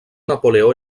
napoleó